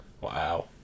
Wow